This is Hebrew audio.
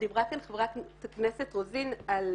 דיברה כאן חברת הכנסת רוזין על